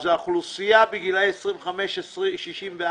האוכלוסייה החילונית בגילאי 25 עד 64,